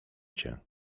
cię